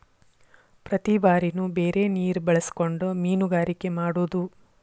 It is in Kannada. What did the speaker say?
ಪ್ರತಿ ಬಾರಿನು ಬೇರೆ ನೇರ ಬಳಸಕೊಂಡ ಮೇನುಗಾರಿಕೆ ಮಾಡುದು